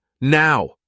now